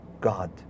God